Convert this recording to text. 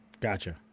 Gotcha